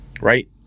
right